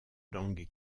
langue